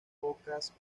pocas